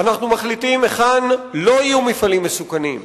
אנחנו מחליטים היכן לא יהיו מפעלים מסוכנים,